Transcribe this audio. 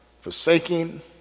forsaking